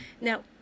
Now